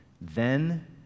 Then